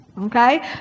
Okay